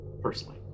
personally